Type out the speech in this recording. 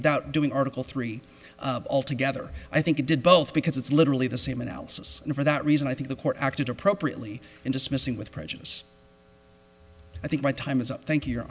without doing article three altogether i think it did both because it's literally the same analysis and for that reason i think the court acted appropriately in dismissing with prejudice i think my time is up thank you